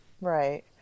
right